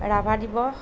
ৰাভা দিৱস